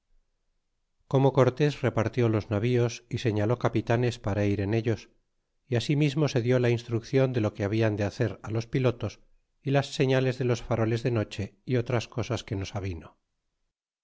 como cortes repartió los navíos y señaló capitanes para ir en ellos y asimismo se did la instruccion de lo que hablan de hacer los pilotos y las señales de tos faroles de noche y otras cosas que nos avino